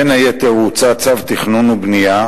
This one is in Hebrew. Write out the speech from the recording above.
בין היתר הוצא צו תכנון בנייה,